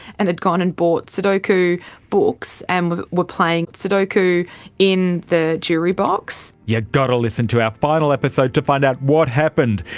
and had gone and bought sudoku books and were playing sudoku in the jury box. you've yeah got to listen to our final episode to find out what happened.